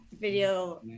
video